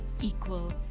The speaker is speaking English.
equal